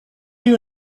you